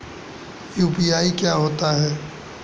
UPI क्या होता है?